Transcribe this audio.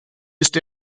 ist